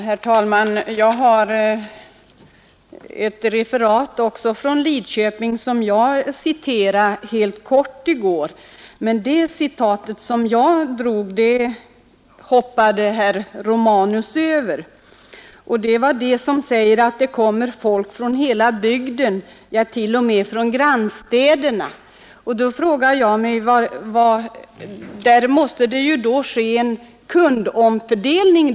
Herr talman! Jag har också ett referat från Lidköping, som jag citerade ett kort avsnitt ur i går, men det citatet hoppade herr Romanus över. Däri sägs att det kommer folk från hela bygden, ja, t.o.m. från grannstäderna. Där måste det ju då ske en kundomfördelning.